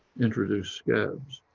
introduced scabs,